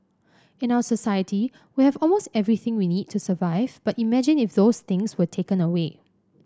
in our society we have almost everything we need to survive but imagine if those things were taken away